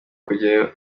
kujyayo